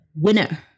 winner